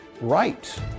right